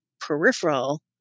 peripheral